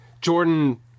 Jordan